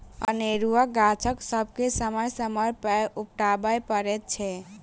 अनेरूआ गाछ सभके समय समय पर उपटाबय पड़ैत छै